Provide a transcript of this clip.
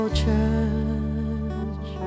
church